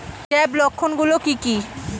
Scab লক্ষণ গুলো কি কি?